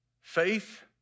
Faith